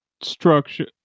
structure